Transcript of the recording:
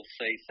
say